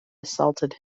assaulted